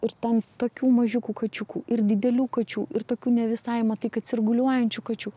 ir ten tokių mažiukų kačiukų ir didelių kačių ir tokių ne visai matai kad sirguliuojančių kačių